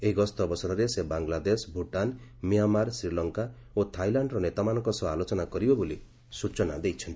ଏହି ଗସ୍ତ ଅବସରରେ ସେ ବାଙ୍ଗଲାଦେଶ ଭୁଟାନ୍ ମିଆଁମାର୍ ଶୀଲଙ୍କା ଓ ଥାଇଲାଣ୍ଡର ନେତାମାନଙ୍କ ସହ ଆଲୋଚନା କରିବେ ବୋଲି ସ୍କଚନା ଦେଇଛନ୍ତି